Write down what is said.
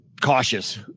cautious